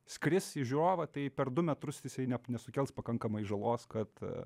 skris į žiūrovą tai per du metrus jisai ne nesukels pakankamai žalos kad